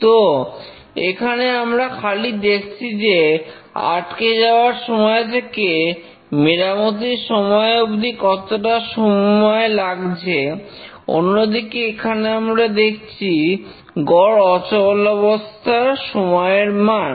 তো এখানে আমরা খালি দেখছি যে আটকে যাওয়ার সময় থেকে মেরামতের সময় অব্দি কতটা সময় লাগছে অন্যদিকে এখানে আমরা দেখছি গড় অচলাবস্থার সময় এর মান